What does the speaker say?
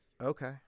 Okay